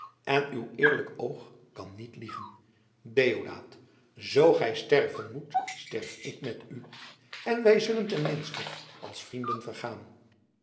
en uw eerlijk oog kan niet liegen deodaat zoo gij sterven moet sterf ik met u en wij zullen ten minste als vrienden vergaan